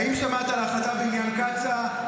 האם שמעת על ההחלטה בעניין קצא"א,